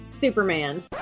Superman